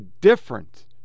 different